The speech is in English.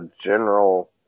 general